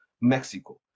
Mexico